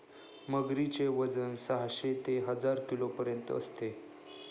मगरीचे वजन साहशे ते हजार किलोपर्यंत असते